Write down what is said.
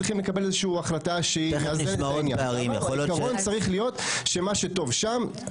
יכול להיות שהעיקרון צריך להיות שמה שטוב שם.